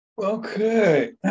Okay